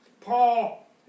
Paul